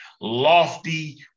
lofty